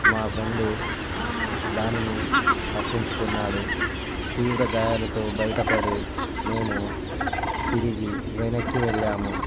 మా ఫ్రెండు దానిని తప్పించుకున్నాడు తీవ్ర గాయాలతో బయటపడి మేము తిరిగి వెనకకు వెళ్ళాము